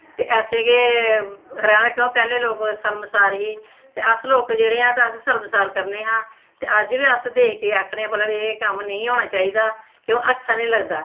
ते ऐसे गै रौह्ना क्यों पैह्लें लोग शर्मसार हे ते अस लोग जेह्ड़े हे तां अस शर्मसार करने हां ते अज्ज बी अस दिक्खियै आखने भला एह् कम्म नेईं होना चाहिदा क्यों अच्छा निं लगदा